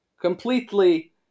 completely